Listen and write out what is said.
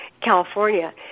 California